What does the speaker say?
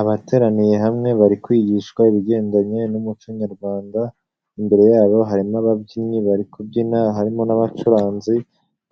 Abateraniye hamwe bari kwigishwa ibigendanye n'umuco Nyarwanda, imbere yabo harimo ababyinnyi bari kubyina harimo n'abacuranzi